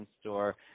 store